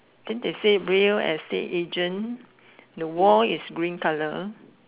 then they say real estate agent the wall is green colour